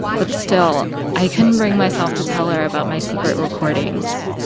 but still, i couldn't bring myself to tell her about my secret recordings.